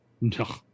No